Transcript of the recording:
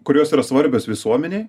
kurios yra svarbios visuomenei